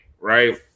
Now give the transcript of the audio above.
right